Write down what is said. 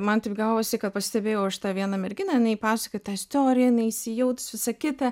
man taip gavosi kad pastebėjau aš tą vieną merginą jinai pasakoja tą istoriją jinai įsijautus visa kita